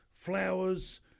Flowers